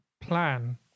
plan